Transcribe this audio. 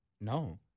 no